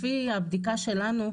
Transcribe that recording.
לפי הבדיקה שלנו,